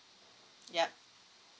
yup